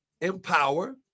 empower